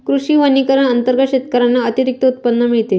कृषी वनीकरण अंतर्गत शेतकऱ्यांना अतिरिक्त उत्पन्न मिळते